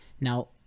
Now